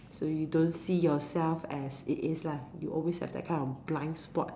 so you don't see yourself as it is lah you always have that kind of blind spot